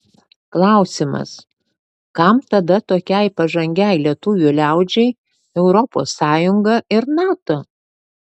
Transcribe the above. klausimas kam tada tokiai pažangiai lietuvių liaudžiai europos sąjunga ir nato